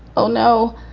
oh no.